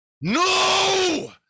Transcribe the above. no